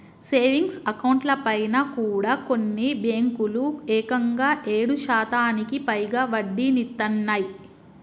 savings అకౌంట్లపైన కూడా కొన్ని బ్యేంకులు ఏకంగా ఏడు శాతానికి పైగా వడ్డీనిత్తన్నయ్